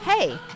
Hey